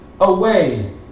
away